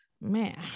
man